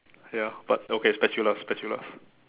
ya but okay spatula spatula